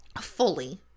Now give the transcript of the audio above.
fully